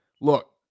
look